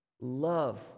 Love